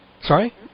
sorry